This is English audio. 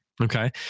Okay